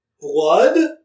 blood